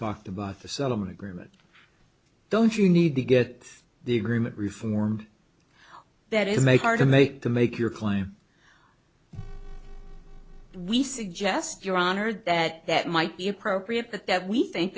talked about the settlement agreement don't you need to get the agreement reform that is make hard to make to make your claim we suggest your honor that that might be appropriate that we think